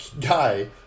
guy